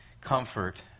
comfort